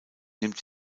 nimmt